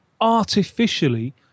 artificially